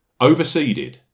overseeded